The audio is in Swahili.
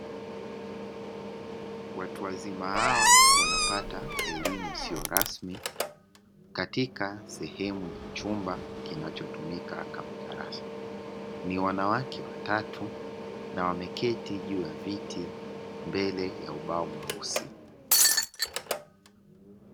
Watu wazima hawa wanapata elimu isiyo rasmi katika sehemu ya chumba kinachotumika kama darasa, ni wanawake watatu na wameketi juu ya viti mbele ya ubao mweusi.